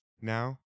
Now